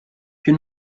più